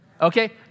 Okay